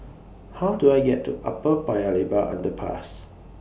How Do I get to Upper Paya Lebar Underpass